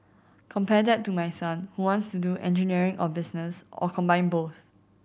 compare that to my son who wants to do engineering or business or combine both